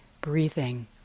breathing